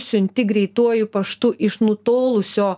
siunti greituoju paštu iš nutolusio